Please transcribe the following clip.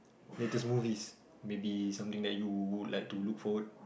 latest movies maybe something that you would like to look forward